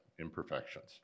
Imperfections